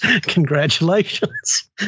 Congratulations